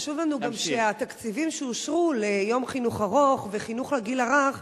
חשוב לנו גם שהתקציבים שאושרו ליום חינוך ארוך וחינוך לגיל הרך